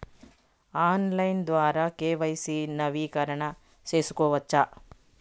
Online ద్వారా KYC నవీకరణ సేసుకోవచ్చా?